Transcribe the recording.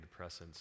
antidepressants